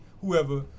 Whoever